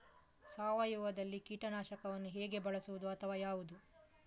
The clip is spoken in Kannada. ಸಾವಯವದಲ್ಲಿ ಕೀಟನಾಶಕವನ್ನು ಹೇಗೆ ಬಳಸುವುದು ಅಥವಾ ಯಾವುದು?